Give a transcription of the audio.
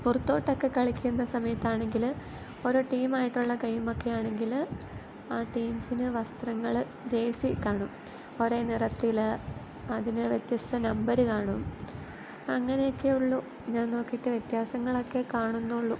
പുറത്തോട്ടൊക്കെ കളിക്കുന്ന സമയത്താണെങ്കിൽ ഓരോ ടീം ആയിട്ടുള്ള ഗെയിം ഒക്കെയാണെങ്കിൽ ആ ടീമ്സിന് വസ്ത്രങ്ങൾ ജെയ്സി കാണും ഒരേ നിറത്തിൽ അതിന് വ്യത്യസ്ത നമ്പര് കാണും അങ്ങനെയൊക്കെയുള്ളൂ ഞാൻ നോക്കിയിട്ട് വ്യത്യാസങ്ങളൊക്കെ കാണുന്നുള്ളൂ